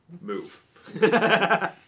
move